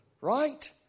right